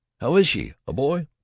how is she? a boy?